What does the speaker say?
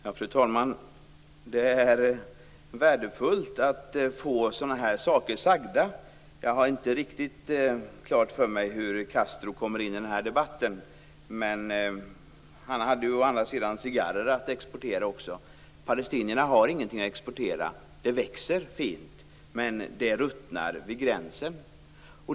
Fru talman! Det är värdefullt att få sådana saker sagda. Jag har inte riktigt klart för mig hur Castro kommer in i debatten. Han hade cigarrer att exportera, men palestinierna har ingenting att exportera. Det växer fint, men det ruttnar vid gränsen.